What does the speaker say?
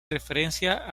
referencia